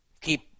keep